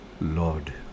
Lord